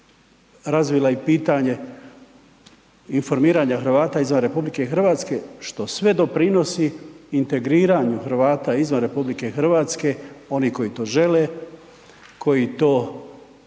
razvila i pitanje informiranja Hrvata izvan RH, što sve doprinosi integriranju Hrvata izvan RH oni koji to žele, koji to mogu,